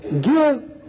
give